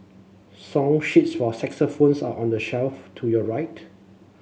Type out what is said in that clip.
song sheets for are on the shelf to your right